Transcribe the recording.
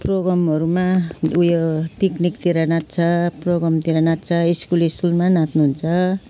प्रोग्रामहरूमा उयो पिकनिकतिर नाच्छ प्रोग्रामतिर नाच्छ स्कुल स्कुलमा नाच्नु हुन्छ